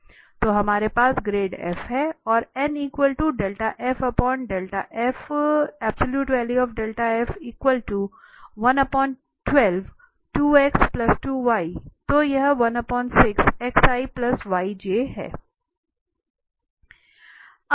तो हमारे पास ग्रेड f है और तो यह है